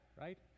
right